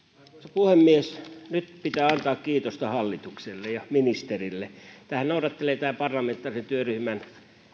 puhemies nyt pitää antaa kiitosta hallitukselle ja ministerille tämähän noudattelee tämän parlamentaarisen työryhmän